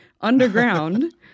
underground